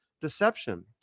deception